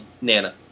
Nana